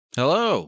Hello